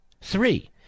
Three